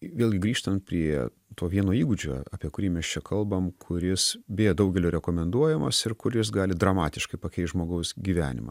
vėlgi grįžtant prie to vieno įgūdžio apie kurį mes čia kalbam kuris beje daugelio rekomenduojamas ir kur jis gali dramatiškai pakeist žmogaus gyvenimą